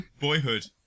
Boyhood